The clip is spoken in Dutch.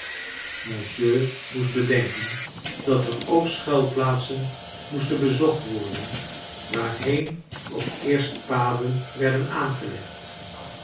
monsieur moest bedenken dat er ook schuilplaatsen moesten bezocht worden waarheen ook eerst paden werden aangelegd